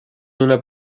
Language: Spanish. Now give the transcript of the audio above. una